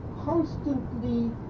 constantly